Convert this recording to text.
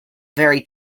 very